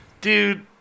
dude